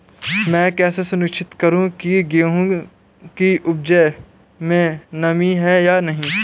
मैं कैसे सुनिश्चित करूँ की गेहूँ की उपज में नमी है या नहीं?